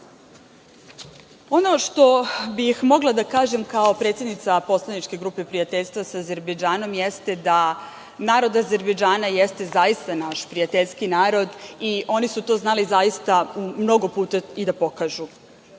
što bih mogla da kažem kao predsednica Poslaničke grupe prijateljstva sa Azerbejdžanom jeste da narod Azerbejdžana jeste zaista naš prijateljski narod i oni su to znali zaista mnogo puta i da pokažu.